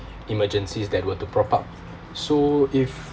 emergencies that were to prop up so if